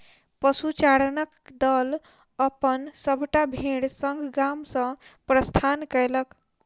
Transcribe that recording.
पशुचारणक दल अपन सभटा भेड़ संग गाम सॅ प्रस्थान कएलक